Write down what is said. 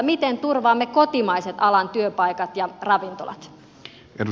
miten turvaamme kotimaiset alan työpaikat ja ravintolat